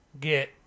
get